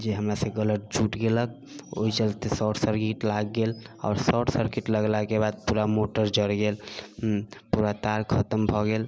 जे हमरासँ गलत जुटि गेलक ओहि चलते शॉर्ट सर्किट लागि गेल आओर शॉर्ट सर्किट लगलाके बाद पूरा मोटर जरि गेल पूरा तार खतम भऽ गेल